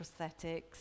prosthetics